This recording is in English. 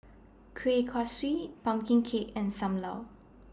Kueh Kaswi Pumpkin Cake and SAM Lau